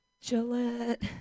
Gillette